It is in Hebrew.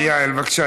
יעל, בבקשה.